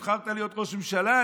נבחרת להיות ראש ממשלה?